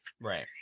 Right